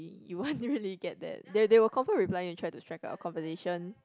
you won't really get that they'll they will confirm reply you and try to strike up a conversation